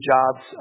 Jobs